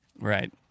Right